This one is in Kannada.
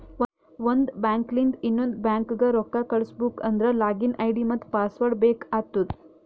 ಒಂದ್ ಬ್ಯಾಂಕ್ಲಿಂದ್ ಇನ್ನೊಂದು ಬ್ಯಾಂಕ್ಗ ರೊಕ್ಕಾ ಕಳುಸ್ಬೇಕ್ ಅಂದ್ರ ಲಾಗಿನ್ ಐ.ಡಿ ಮತ್ತ ಪಾಸ್ವರ್ಡ್ ಬೇಕ್ ಆತ್ತುದ್